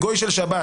הגוי של שבת.